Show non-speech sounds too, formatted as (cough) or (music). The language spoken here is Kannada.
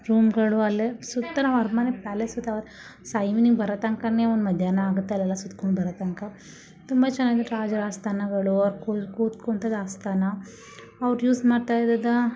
ರೂಮ್ಗಳು ಅಲ್ಲೇ ಸುತ್ತ ನಾವು ಅರಮನೆ ಪ್ಯಾಲೇಸ್ ಇದ್ದಾವೆ (unintelligible) ನೀವು ಬರೋತನಕ ನೀವು ಮಧ್ಯಾಹ್ನ ಆಗುತ್ತೆ ಅಲ್ಲೆಲ್ಲ ಸುತ್ಕೊಂಡು ಬರೋತನಕ ತುಂಬ ಚೆನ್ನಾಗಿರು ರಾಜರ ಆಸ್ಥಾನಗಳು ಅವ್ರು ಕೂತ್ಕೊಂತದ್ದು ಆಸ್ಥಾನ ಅವ್ರು ಯೂಸ್ ಮಾಡ್ತಾಯಿದ್ದಿದ್ದ